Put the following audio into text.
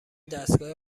دستگاه